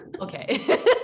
okay